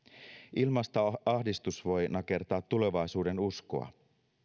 ilmastoahdistus voi nakertaa tulevaisuudenuskoa